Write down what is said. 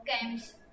games